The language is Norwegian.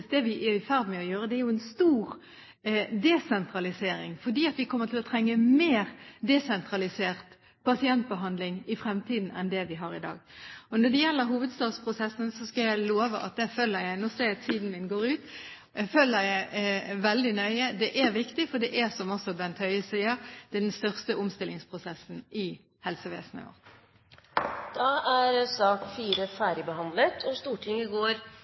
det vi er i ferd med å gjøre; det er jo en stor desentralisering, fordi vi kommer til å trenge mer desentralisert pasientbehandling i fremtiden enn det vi har i dag. Når det gjelder hovedstadsprosessen, skal jeg love at den følger jeg – nå ser jeg tiden min går ut – veldig nøye. Det er viktig, for det er, som også Bent Høie sier, den største omstillingsprosessen i helsevesenet. Debatten i sak nr. 4 er dermed avsluttet. Ifølge SIRUS er det mellom 8 600 og